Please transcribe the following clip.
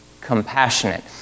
compassionate